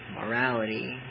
morality